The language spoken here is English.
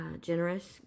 generous